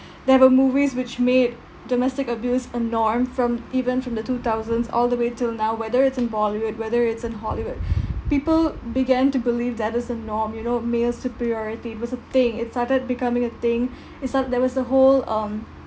there were movies which made domestic abuse a norm from even from the two thousands all the way till now whether it's in bollywood whether it's in hollywood people began to believe that is a norm you know male superiority was a thing it started becoming a thing it's like there was a whole um